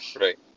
Right